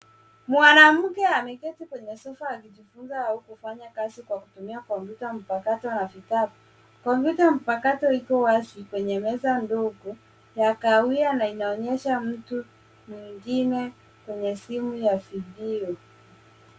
Mwanamke ameketi kwenye sofa akijifunza au kufanya kazi kwa kutumia kompyuta mpakato na vitabu. Kompyuta mpakato iko wazi kwenye meza ndogo ya kahawia na inaonyesha mtu mwengine kwenye simu ya video.